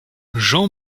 jean